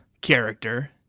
character